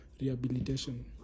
rehabilitation